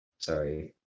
Sorry